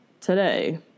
today